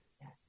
Yes